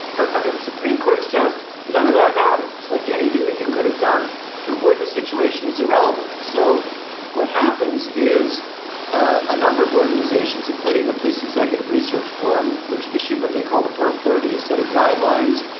but under the supreme court's test, none of that matters. like anything that you could have done to avoid the situation is irrelevant. so what happens is a number of organizations, including the police executive research forum, which issued what they called a per thirty set of guidelines,